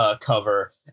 cover